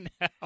now